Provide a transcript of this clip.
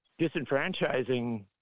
disenfranchising